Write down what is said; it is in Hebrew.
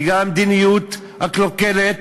בגלל המדיניות הקלוקלת